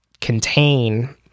contain